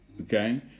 Okay